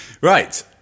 Right